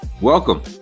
Welcome